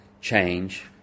change